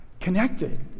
Connected